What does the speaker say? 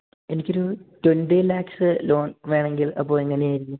എനിക്ക് ഒരു twenty lakhs loan വേണമെങ്കിൽ അപ്പോൾ എങ്ങനെ ആയിരിക്കും